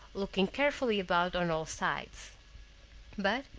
looking carefully about on all sides but,